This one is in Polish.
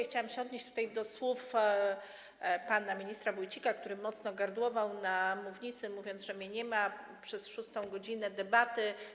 Chciałam się odnieść tutaj do słów pana ministra Wójcika, który mocno gardłował na mównicy, mówiąc, że mnie nie ma przez szóstą godzinę debaty.